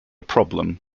problem